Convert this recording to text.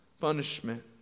punishment